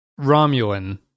Romulan